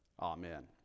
Amen